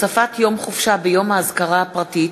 (הוספת יום חופשה ביום האזכרה הפרטית),